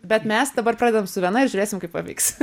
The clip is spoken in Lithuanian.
bet mes dabar pradedam su viena ir žiūrėsim kaip pavyks